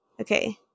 okay